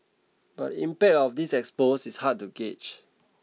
but the impact of this expose is hard to gauge